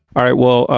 all right, well,